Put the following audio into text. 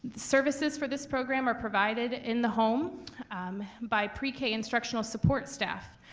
services for this program are provided in the home by pre k instructional support staff.